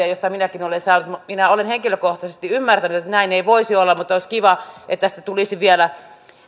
josta minäkin olen saanut palautetta minä olen henkilökohtaisesti ymmärtänyt että näin ei voisi olla mutta olisi kiva että tästä tulisi vielä